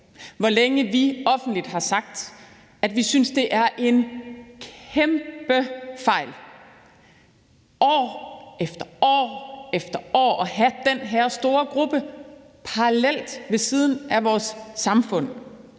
hvor længe vi offentligt har sagt, at vi synes, det er en kæmpe fejl år efter år at have den her store gruppe parallelt ved siden af vores samfund.